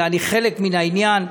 אלא אני חלק מן העניין,